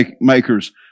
makers